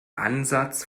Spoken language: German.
ansatz